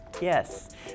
yes